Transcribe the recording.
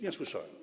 Nie słyszałem.